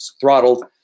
throttled